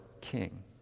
king